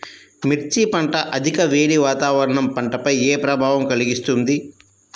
మిర్చి పంట అధిక వేడి వాతావరణం పంటపై ఏ ప్రభావం కలిగిస్తుంది?